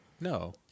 No